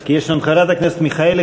כי יש לנו חברת הכנסת מיכאלי,